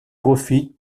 profite